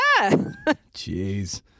jeez